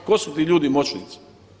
Tko su ti ljudi moćnici?